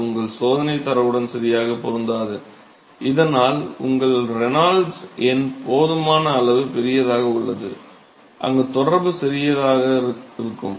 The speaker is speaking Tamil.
அது உங்கள் சோதனைத் தரவுடன் சரியாகப் பொருந்தாது இதனால் உங்கள் ரெனால்ட்ஸ் எண் போதுமான அளவு பெரியதாக உள்ளது அங்கு தொடர்பு சரியாக இருக்கும்